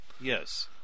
Yes